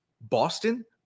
Boston